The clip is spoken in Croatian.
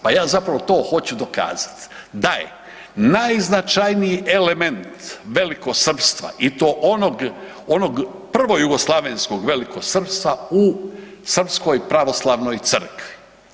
Pa ja zapravo to hoću dokazati, da je najznačajniji element velikosrpstva i to onog prvojugoslavenskog velikosrpstva u srpskoj pravoslavnoj crkvi.